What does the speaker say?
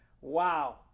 Wow